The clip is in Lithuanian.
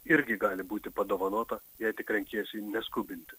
irgi gali būti padovanota jei tik renkiesi neskubinti